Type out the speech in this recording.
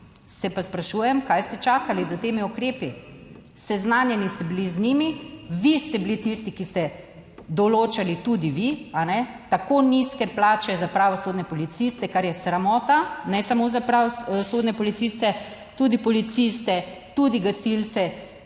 se pa sprašujem, kaj ste čakali s temi ukrepi. Seznanjeni ste bili z njimi, vi ste bili tisti, ki ste določali, tudi vi, kajne, tako nizke plače za pravosodne policiste, kar je sramota, ne samo za sodne policiste, tudi policiste, tudi gasilce